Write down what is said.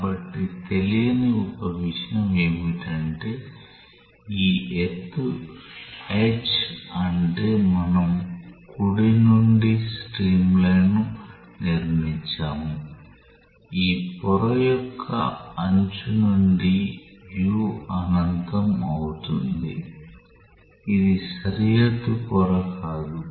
కాబట్టి తెలియని ఒక విషయం ఏమిటంటే ఈ ఎత్తు h అంటే మనం కుడి నుండి స్ట్రీమ్లైన్ను నిర్మించాము ఈ పొర యొక్క అంచు నుండి u అనంతం అవుతుంది ఇది సరిహద్దు పొర కాదు